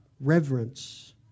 reverence